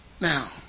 now